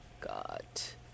got